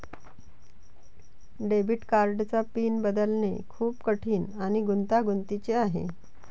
debit कार्डचा PIN बदलणे खूप कठीण आणि गुंतागुंतीचे आहे